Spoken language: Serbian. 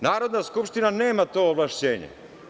Narodna skupština nema to ovlašćenje.